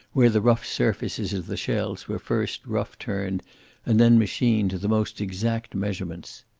where the rough surfaces of the shells were first rough-turned and then machined to the most exact measurements.